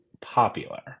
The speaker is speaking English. popular